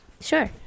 Sure